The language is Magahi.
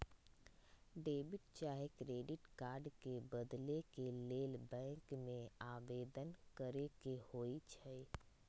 डेबिट चाहे क्रेडिट कार्ड के बदले के लेल बैंक में आवेदन करेके होइ छइ